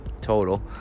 total